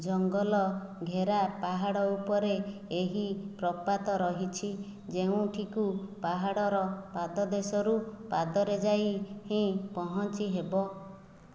ଜଙ୍ଗଲ ଘେରା ପାହାଡ଼ ଉପରେ ଏହି ପ୍ରପାତ ରହିଛି ଯେଉଁଠିକୁ ପାହାଡ଼ର ପାଦଦେଶରୁ ପାଦରେ ଯାଇ ହିଁ ପହଞ୍ଚି ହେବ